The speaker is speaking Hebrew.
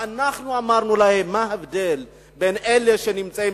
ואנחנו אמרנו להם: מה ההבדל בין אלה שנמצאים